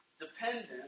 Dependent